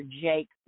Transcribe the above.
Jake